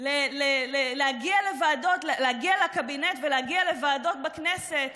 להגיע לוועדות, להגיע לקבינט ולהגיע לוועדות בכנסת